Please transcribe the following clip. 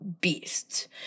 beasts